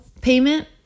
payment